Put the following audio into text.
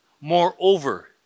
moreover